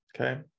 Okay